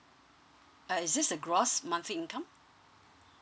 uh is this the gross monthly income